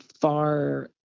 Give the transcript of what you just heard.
far